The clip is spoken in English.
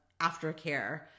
aftercare